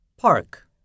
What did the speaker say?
Park